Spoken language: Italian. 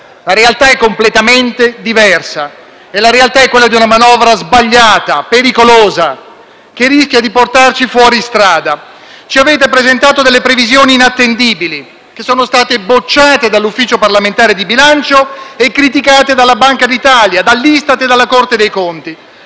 La realtà è completamente diversa, è la realtà di una manovra sbagliata e pericolosa, che rischia di portarci fuori strada. Ci avete presentato delle previsioni inattendibili che sono state bocciate dall'Ufficio parlamentare di bilancio e criticate dalla Banca d'Italia, dall'ISTAT e dalla Corte dei conti.